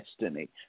destiny